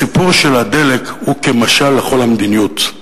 הסיפור של הדלק הוא כמשל לכל המדיניות.